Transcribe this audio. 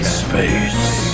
space